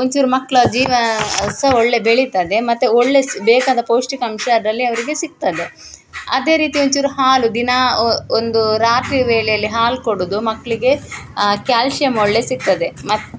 ಒಂಚೂರು ಮಕ್ಕಳ ಜೀವ ಸಹ ಒಳ್ಳೆಯ ಬೆಳಿತದೆ ಮತ್ತು ಒಳ್ಳೆಯ ಸಹ ಬೇಕಾದ ಪೌಷ್ಟಿಕಾಂಶ ಅದರಲ್ಲಿ ಅವರಿಗೆ ಸಿಗ್ತದೆ ಅದೇ ರೀತಿ ಒಂಚೂರು ಹಾಲು ದಿನಾ ಒಂದು ರಾತ್ರಿ ವೇಳೆಯಲ್ಲಿ ಹಾಲು ಕೊಡುವುದು ಮಕ್ಕಳಿಗೆ ಕ್ಯಾಲ್ಶಿಯಮ್ ಒಳ್ಳೆಯ ಸಿಗ್ತದೆ ಮತ್ತು